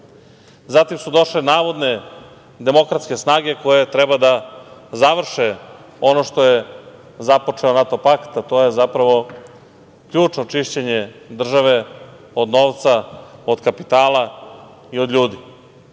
Zatim su došle navodne demokratske snage koje treba da završe ono što je započeo NATO pakt, a to je zapravo ključno čišćenje države od novca, od kapitala i od ljudi. Od